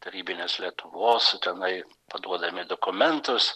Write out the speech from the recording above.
tarybinės lietuvos tenai paduodami dokumentus